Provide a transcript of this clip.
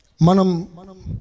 Manam